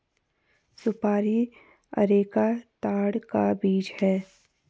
सुपारी अरेका ताड़ का बीज है